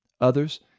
Others